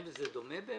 זה דומה?